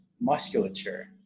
musculature